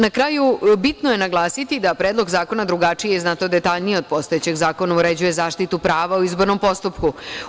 Na kraju, bitno je naglasiti da Predlog zakona drugačije i znatno detaljnije od postojećeg zakona uređuje zaštitu prava u izbornom postupku.